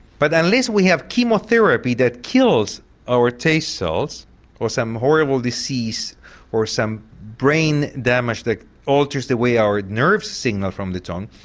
but unless we have chemotherapy that kills our taste cells or some horrible disease or some brain damage that alters the way our nerves signal from the tongue,